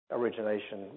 origination